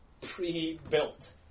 pre-built